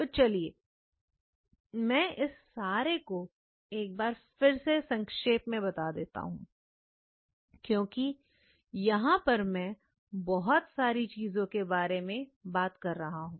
तो चलिए मैं इस सारे को एक बार फिर से संक्षेप में बता देता हूं क्योंकि यहां पर मैं बहुत सारी चीजों के बारे में बात कर रहा हूं